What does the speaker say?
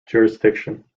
jurisdiction